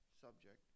subject